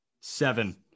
seven